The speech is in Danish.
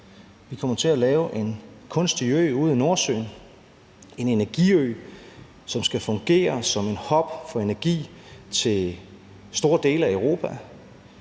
Vi kommer til at lave en kunstig ø ude i Nordsøen, en energiø, som skal fungere som en hub for energi til store dele af Europa